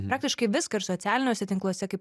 praktiškai viską ir socialiniuose tinkluose kaip